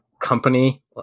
company